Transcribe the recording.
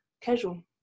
casual